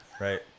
Right